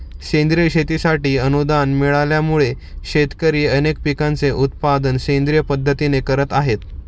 सेंद्रिय शेतीसाठी अनुदान मिळाल्यामुळे, शेतकरी अनेक पिकांचे उत्पादन सेंद्रिय पद्धतीने करत आहेत